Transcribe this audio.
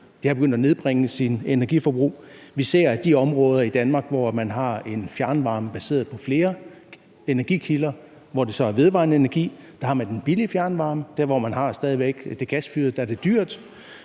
den er begyndt at nedbringe sit energiforbrug. Vi ser, at i de områder i Danmark, hvor man har en fjernvarme baseret på flere energikilder, hvor det så er vedvarende energi, har man den billige fjernvarme. Der, hvor man stadig væk har det gasfyrede, er det dyrt.